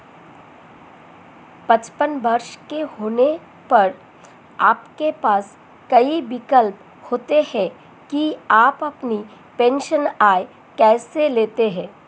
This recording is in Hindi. पचपन वर्ष के होने पर आपके पास कई विकल्प होते हैं कि आप अपनी पेंशन आय कैसे लेते हैं